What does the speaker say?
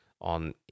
on